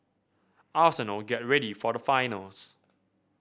arsenal get ready for the finals